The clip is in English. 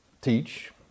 teach